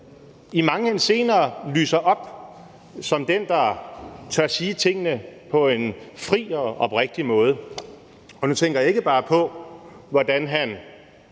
i mange henseender lyser op som den, der tør sige tingene på en fri og oprigtig måde. Og nu tænker jeg ikke bare på, hvordan han